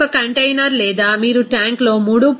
ఒక కంటైనర్ లేదా మీరు ట్యాంక్లో 3